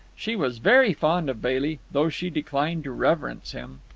she was very fond of bailey, though she declined to reverence him.